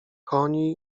koni